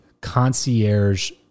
concierge